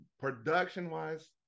production-wise